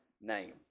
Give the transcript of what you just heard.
name